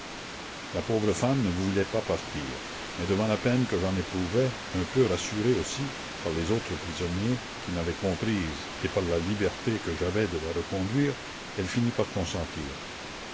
la pauvre femme ne voulait pas partir mais devant la peine que j'en éprouvais un peu rassurée aussi par les autres prisonniers qui m'avaient comprise et par la liberté que j'avais de la reconduire elle finit par consentir